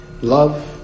Love